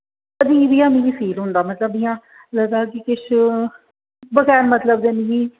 अजीब जेहाा मिगी फील होंदा मतलब इ'यां लगदा कि किश बगैर मतलब दे मिगी